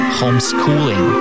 homeschooling